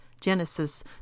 Genesis